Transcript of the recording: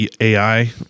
AI